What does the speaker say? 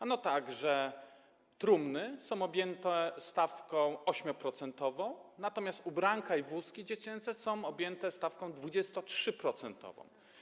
Ano tak, że trumny są objęte stawką 8-procentową, natomiast ubranka i wózki dziecięce są objęte stawką 23-procentową.